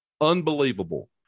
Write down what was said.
Unbelievable